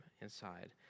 inside